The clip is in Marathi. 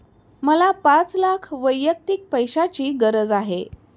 मला पाच लाख वैयक्तिक पैशाची गरज आहे